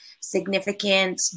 significant